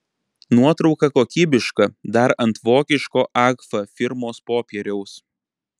nuotrauka kokybiška dar ant vokiško agfa firmos popieriaus